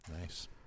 Nice